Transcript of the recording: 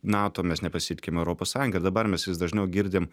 nato mes nepasitikim europos sąjunga ir dabar mes vis dažniau girdim